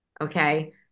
okay